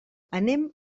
anem